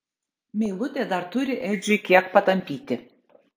meilutė dar turi edžiui kiek patampyti